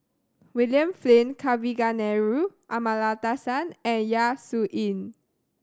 William Flint Kavignareru Amallathasan and Yap Su Yin